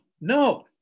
No